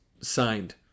signed